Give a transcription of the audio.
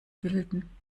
bilden